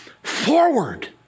Forward